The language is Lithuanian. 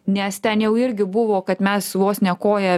nes ten jau irgi buvo kad mes vos ne koja